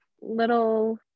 little